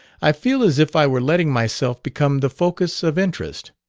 i feel as if i were letting myself become the focus of interest.